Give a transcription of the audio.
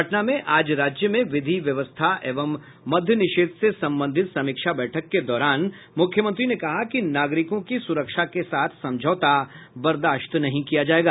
पटना में आज राज्य में विधि व्यवस्था एवं मद्य निषेध से संबंधित समीक्षा बैठक के दौरान मूख्यमंत्री ने कहा कि नागरिकों की सुरक्षा के साथ समझौता बर्दाश्त नहीं किया जायेगा